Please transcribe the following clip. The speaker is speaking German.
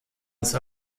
ist